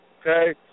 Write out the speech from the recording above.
okay